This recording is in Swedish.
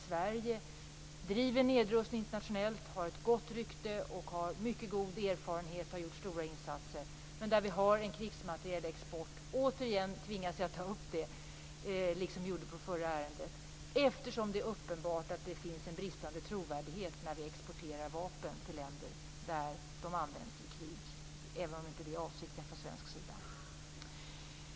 Sverige driver nedrustningen internationellt, har ett gott rykte och mycket god erfarenhet och har gjort stora insatser. Men vi har en krigsmaterielexport. Jag tvingas återigen att ta upp det, liksom i det förra ärendet. Det är uppenbart att det finns en bristande trovärdighet när vi exporterar vapen till länder där de används i krig, även om det inte är avsikten från svensk sida.